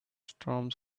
storms